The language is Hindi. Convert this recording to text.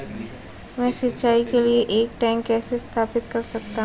मैं सिंचाई के लिए एक टैंक कैसे स्थापित कर सकता हूँ?